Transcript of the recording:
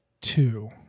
Two